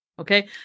Okay